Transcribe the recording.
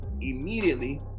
immediately